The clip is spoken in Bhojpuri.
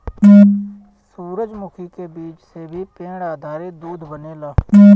सूरजमुखी के बीज से भी पेड़ आधारित दूध बनेला